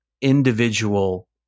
individual